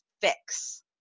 fix